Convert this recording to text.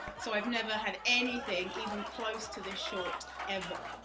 so i've never had anything even close to this short ever,